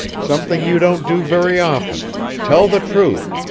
something you don't do very often tell the truth,